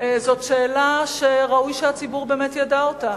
זאת שאלה שראוי שהציבור באמת ידע אותה,